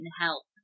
help